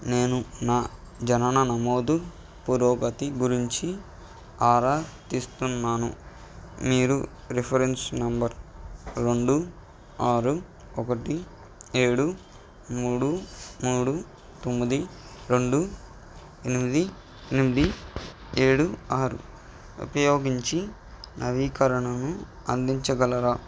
నేను నా జనన నమోదు పురోగతి గురించి ఆరా తీస్తున్నాను మీరు రిఫరెన్స్ నెంబర్ రెండు ఆరు ఒకటి ఏడు మూడు మూడు తొమ్మిది రెండు ఎనిమిది ఎనిమిది ఏడు ఆరు ఉపయోగించి నవీకరణను అందించగలరా